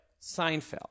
Seinfeld